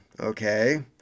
okay